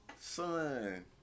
Son